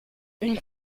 une